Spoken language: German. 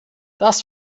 das